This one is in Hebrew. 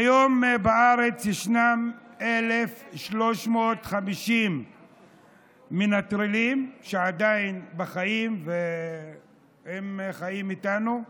כיום בארץ ישנם 1,350 מנטרלים שעדיין בחיים והם חיים איתנו,